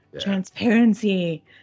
transparency